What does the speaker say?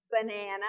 banana